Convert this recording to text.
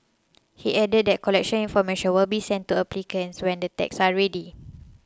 he added that collection information will be sent to applicants when the tags are ready